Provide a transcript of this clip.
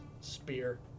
spear